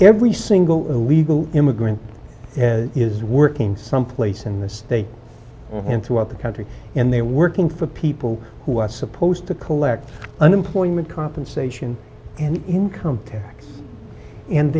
every single illegal immigrant is working someplace in this they and throughout the country and they are working for people who are supposed to collect unemployment compensation and income tax and